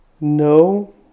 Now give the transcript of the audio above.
No